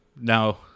No